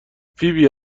فیبی